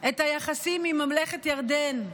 את היחסים עם ממלכת ירדן,